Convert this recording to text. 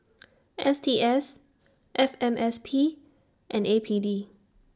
S T S F M S P and A P D